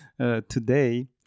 today